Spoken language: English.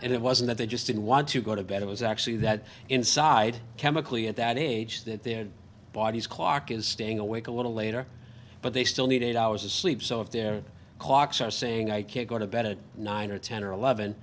and it wasn't that they just didn't want to go to bed it was actually that inside chemically at that age that their bodies clock is staying awake a little later but they still need eight hours of sleep so if there are saying i can't go to bed at nine or ten or eleven